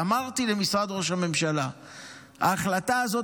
אמרתי למשרד ראש הממשלה שההחלטה הזאת,